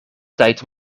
tijd